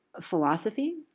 philosophy